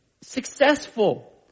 successful